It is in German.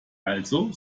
also